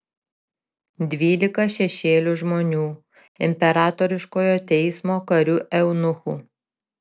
dvylika šešėlių žmonių imperatoriškojo teismo karių eunuchų